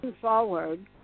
forward